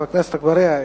חבר הכנסת אגבאריה,